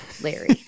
Larry